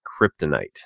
kryptonite